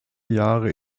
jahre